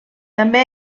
també